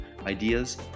ideas